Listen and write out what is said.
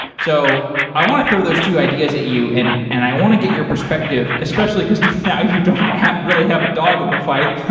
so i want to throw those two ideas at you and and i want to get your perspective, especially because now you don't have really have a dog in the fight.